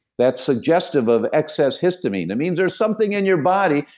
that's suggestive of excess histamine means there's something in your body,